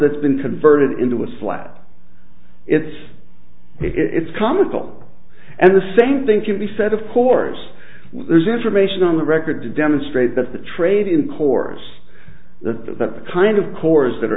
that's been converted into a slab it's it's comical and the same thing can be said of course there's information on the record to demonstrate that the trade in course the kind of course that are